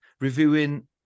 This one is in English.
reviewing